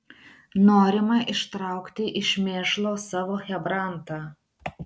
norima ištraukti iš mėšlo savo chebrantą